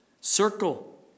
circle